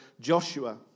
Joshua